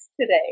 today